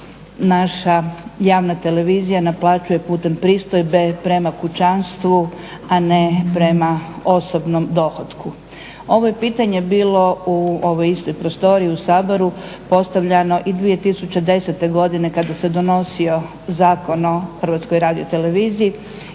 naša javna televizija naplaćuje putem pristojbe prema kućanstvu, a ne prema osobnom dohotku. Ovo je pitanje bilo u ovoj istoj prostoriji u Saboru postavljano i 2010. godine kada se donosio Zakon o HRT-u i 2012.